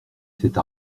cette